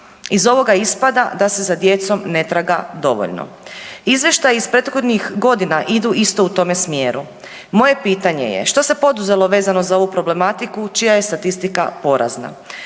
Iz ovoga ispada da se za djecom ne traga dovoljno. Izvještaji iz prethodnih godina idu isto u tome smjeru. Moje pitanje je što se poduzelo vezano za ovu problematiku čija je statistika porazna.